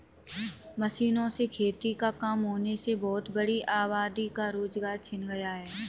मशीनों से खेती का काम होने से बहुत बड़ी आबादी का रोजगार छिन गया है